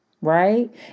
Right